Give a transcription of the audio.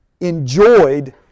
enjoyed